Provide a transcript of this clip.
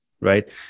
right